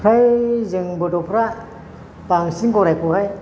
फ्राय जों बर'फ्रा बांसिन गरायखौहाय